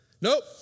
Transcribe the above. Nope